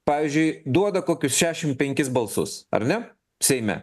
pavyzdžiui duoda kokius šešim penkis balsus ar ne seime